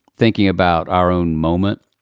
thinking about our own moment.